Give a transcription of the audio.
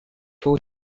four